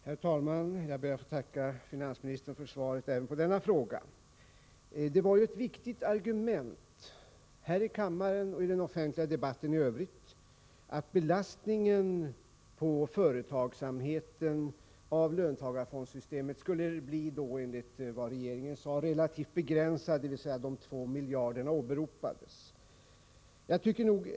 Herr talman! Jag ber att få tacka finansministern för svaret även på denna fråga. Det var ett viktigt argument, här i kammaren och i den offentliga debatten i Övrigt, att belastningen på företagsamheten av löntagarfondssystemet enligt regeringen skulle bli relativt begränsad, dvs. de två miljarderna åberopades.